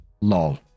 LOL